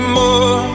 more